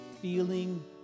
feeling